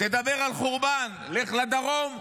תדבר על חורבן, לך לדרום,